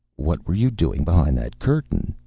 what were you doing behind that curtain?